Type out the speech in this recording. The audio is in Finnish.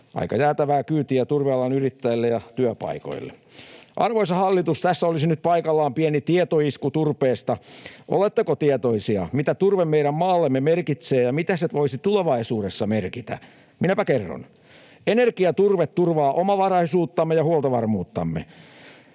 Aika jäätävää kyytiä turvealan yrittäjille ja työpaikoille. Arvoisa hallitus, tässä olisi nyt paikallaan pieni tietoisku turpeesta. Oletteko tietoisia, mitä turve meidän maallemme merkitsee ja mitä se voisi tulevaisuudessa merkitä? Minäpä kerron. Energiaturve turvaa omavaraisuuttamme ja huoltovarmuuttamme.